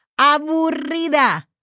Aburrida